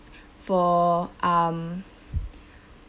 for um